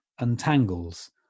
untangles